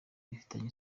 bifitanye